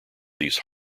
these